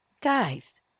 Guys